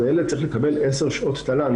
הילד צריך לקבל 10 שעות תל"ן,